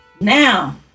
now